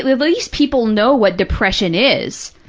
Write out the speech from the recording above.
least people know what depression is,